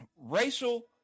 racial